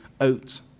oats